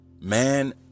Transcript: man